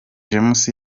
james